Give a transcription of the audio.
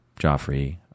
Joffrey